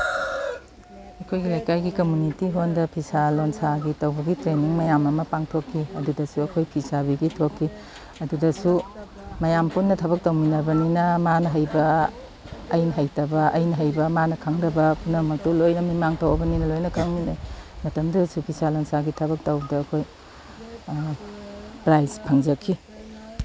ꯑꯩꯈꯣꯏꯒꯤ ꯂꯩꯀꯥꯏꯒꯤ ꯀꯃꯨꯅꯤꯇꯤ ꯍꯣꯜꯗ ꯐꯤꯁꯥ ꯂꯣꯟꯁꯥꯒꯤ ꯇꯧꯕꯒꯤ ꯇ꯭ꯔꯦꯅꯤꯡ ꯃꯌꯥꯝ ꯑꯃ ꯄꯥꯡꯊꯣꯛꯈꯤ ꯑꯗꯨꯗꯁꯨ ꯑꯩꯈꯣꯏ ꯐꯤꯁꯥꯕꯤꯒꯩ ꯊꯣꯛꯈꯤ ꯑꯗꯨꯗꯁꯨ ꯃꯌꯥꯝ ꯄꯨꯟꯅ ꯊꯕꯛ ꯇꯧꯃꯤꯟꯅꯕꯅꯤꯅ ꯃꯥꯅ ꯍꯩꯕ ꯑꯩꯅ ꯍꯩꯇꯕ ꯑꯩꯅ ꯍꯩꯕ ꯃꯥꯅ ꯈꯪꯗꯕ ꯄꯨꯝꯅꯃꯛꯇꯣ ꯂꯣꯏꯅ ꯃꯤꯃꯥꯡ ꯊꯣꯛꯑꯕꯅꯤꯅ ꯂꯣꯏꯅ ꯈꯪꯂꯦ ꯃꯇꯝꯗꯨꯗꯁꯨ ꯐꯤꯁꯥ ꯂꯣꯟꯁꯥꯒꯤ ꯊꯕꯛ ꯇꯧꯕꯗ ꯑꯩꯈꯣꯏ ꯄ꯭ꯔꯥꯏꯖ ꯐꯪꯖꯈꯤ